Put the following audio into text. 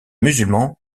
musulman